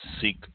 seek